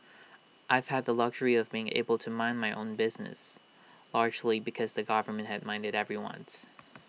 I've had the luxury of being able to mind my own business largely because the government had minded everyone's